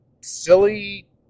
silly